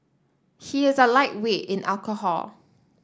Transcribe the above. he is a lightweight in alcohol